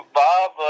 bob